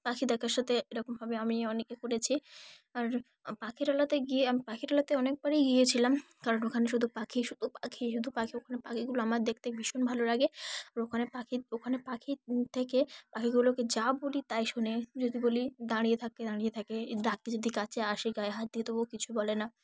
পাখি দেখার সাথে এরকমভাবে আমি অনেকই ঘুরেছি আর পাখিরালয়তে গিয়ে আমি পাখিরালয়তে অনেকবারই গিয়েছিলাম কারণ ওখানে শুধু পাখি শুধু পাখি শুধু পাখি ওখানে পাখিগুলো আমার দেখতে ভীষণ ভালো লাগে আর ওখানে পাখি ওখানে পাখি থেকে পাখিগুলোকে যা বলি তাই শোনে যদি বলি দাঁড়িয়ে থাকতে দাঁড়িয়ে থাকে ডাকতে যদি কাছে আসে গায়ে হাত দিই তবুও কিছু বলে না